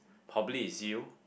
probably is you